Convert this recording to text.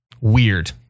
weird